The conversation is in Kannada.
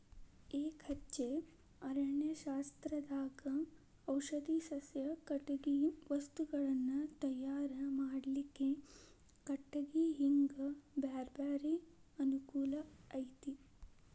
ಎಕಹಚ್ಚೆ ಅರಣ್ಯಶಾಸ್ತ್ರದಾಗ ಔಷಧಿ ಸಸ್ಯ, ಕಟಗಿ ವಸ್ತುಗಳನ್ನ ತಯಾರ್ ಮಾಡ್ಲಿಕ್ಕೆ ಕಟಿಗಿ ಹಿಂಗ ಬ್ಯಾರ್ಬ್ಯಾರೇ ಅನುಕೂಲ ಐತಿ